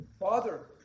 Father